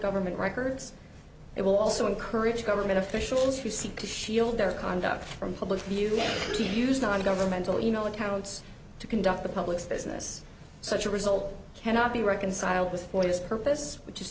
government records it will also encourage government officials who seek to shield their conduct from public view t v news non governmental you know accounts to conduct the public's business such a result cannot be reconciled with what is purpose which is